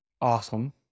awesome